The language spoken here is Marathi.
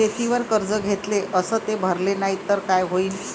शेतीवर कर्ज घेतले अस ते भरले नाही तर काय होईन?